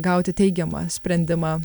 gauti teigiamą sprendimą